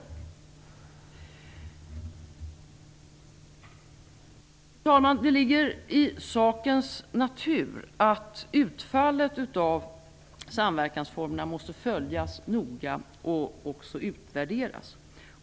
Fru talman! Det ligger i sakens natur att utfallet av samverkansformerna måste följas noga och också utvärderas.